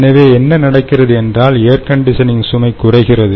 எனவேஎன்ன நடக்கிறது என்றால் air conditioning சுமை குறைகிறது